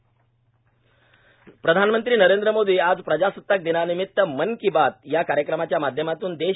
पंतप्रधान नरेंद्र मोदी आज प्रजासताक दिनानिमित मन की बात या कार्यक्रमाच्या माध्यमातून देश